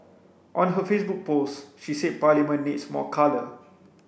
on her Facebook post she said Parliament needs more colour